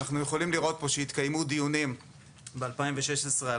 אנחנו יכולים לראות פה שהתקיימו דיונים ב-2016 על